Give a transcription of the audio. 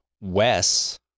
Wes